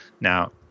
Now